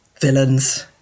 Villains